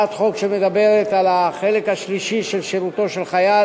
הצעת חוק שמדברת על החלק השלישי של שירותו של חייל